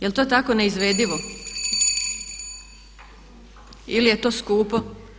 Jel to tak neizvedivo ili je to skupo?